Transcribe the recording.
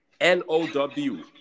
N-O-W